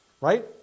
right